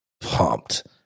pumped